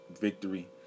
victory